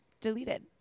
deleted